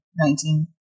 nineteen